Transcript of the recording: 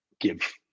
give